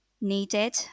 needed